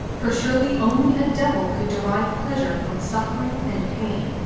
for surely only a devil could derive pleasure from suffering and pain.